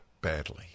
badly